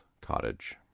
Cottage